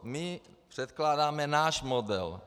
My předkládáme náš model.